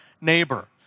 neighbor